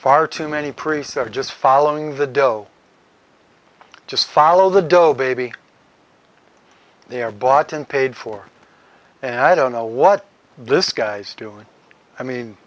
are just following the dough just follow the dough baby they are bought and paid for and i don't know what this guy's doing i mean